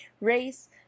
race